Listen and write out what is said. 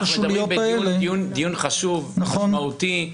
אנחנו מדברים בדיון חשוב ומהותי,